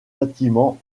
bâtiment